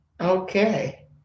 Okay